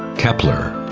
keppler,